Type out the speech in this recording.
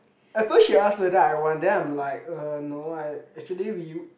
at first she ask whether I want then I'm like uh no I actually we